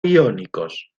iónicos